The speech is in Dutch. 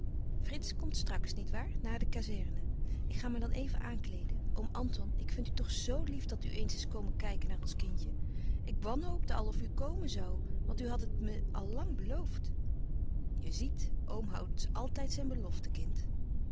frits komt straks niet waar na de kazerne ik ga me dan even aankleeden oom anton ik vind u toch z lief dat u eens is komen kijken naar ons kindje ik wanhoopte al of u komen zoû want u had het me al lang beloofd je ziet oom houdt altijd zijn belofte kind